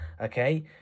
okay